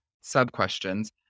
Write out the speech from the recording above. sub-questions